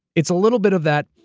it's a little bit of that,